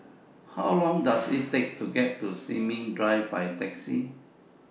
How Long Does IT Take to get to Sin Ming Drive By Taxi